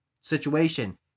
situation